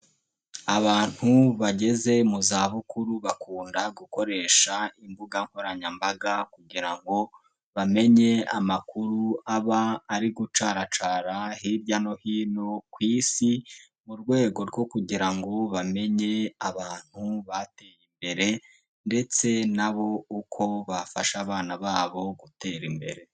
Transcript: Abantu bageze mu zabukuru bakunda gukoresha imbuga nkoranyambaga kugira ngo bamenye amakuru aba ari gucaracara hirya no hino ku isi, mu rwego rwo kugira ngo bamenye abantu bateye imbere ndetse na bo uko bafasha abana babo gutera imbere.